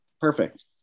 Perfect